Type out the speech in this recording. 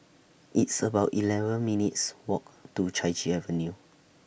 It's about eleven minutes' Walk to Chai Chee Avenue